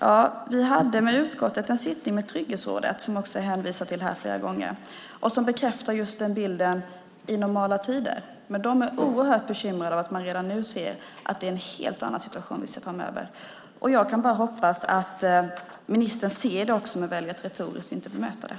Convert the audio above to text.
Vi hade i utskottet en sittning med Trygghetsrådet, som det hänvisats till flera gånger. De bekräftar den bilden - under normala förhållanden. De är dock oerhört bekymrade över att vi redan nu kan se att situationen kommer att vara en helt annan framöver. Jag kan bara hoppas att även ministern ser det men väljer att retoriskt inte bemöta det.